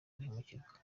guhemukirwa